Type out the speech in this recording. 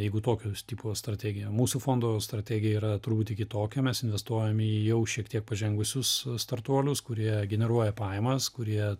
jeigu tokio tipo strategija mūsų fondo strategija yra truputį kitokia mes investuojam į jau šiek tiek pažengusius startuolius kurie generuoja pajamas kurie